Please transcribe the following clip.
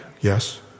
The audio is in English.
Yes